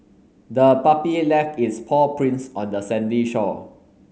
the puppy left its paw prints on the sandy shore